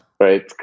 right